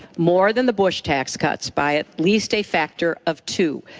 more than the bush tax cuts by at least a factor of two.